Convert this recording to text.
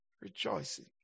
rejoicing